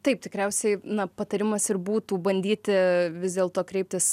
taip tikriausiai na patarimas ir būtų bandyti vis dėlto kreiptis